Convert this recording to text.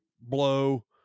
blow